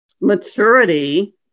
maturity